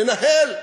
ננהל,